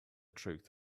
truth